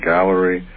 Gallery